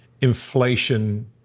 inflation